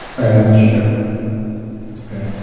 all right, i'm gonna shoot, if that's okay.